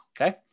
okay